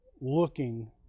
looking